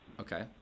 Okay